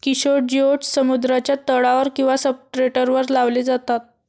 Kishore geodes समुद्राच्या तळावर किंवा सब्सट्रेटवर लावले जातात